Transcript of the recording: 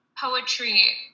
poetry